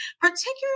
particularly